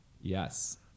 Yes